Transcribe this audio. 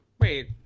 Wait